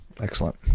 Excellent